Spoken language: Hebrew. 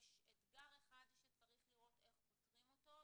יש אתגר אחד שצריך לראות איך פותרים אותו,